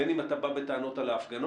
בין אם אתה בא בטענות על ההפגנות,